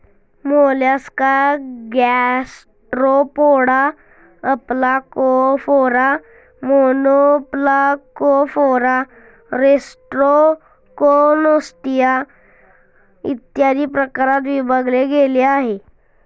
Mollusca Gastropoda, Aplacophora, Monoplacophora, Rostroconchia, इत्यादी प्रकारात विभागले गेले आहे